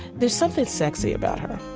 there's something sexy about her